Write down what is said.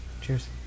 Cheers